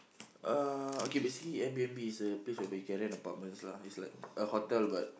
uh okay basically Air-B_N_B is a place whereby you can rent apartments lah it's like a hotel but